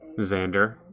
Xander